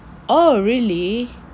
oh really